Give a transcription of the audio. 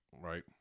right